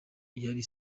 yari